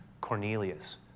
Cornelius